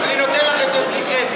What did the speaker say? בבקשה, אני נותן לך את זה בלי קרדיט.